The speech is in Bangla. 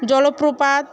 জলপ্রপাত